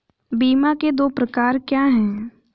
बीमा के दो प्रकार क्या हैं?